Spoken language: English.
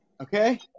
Okay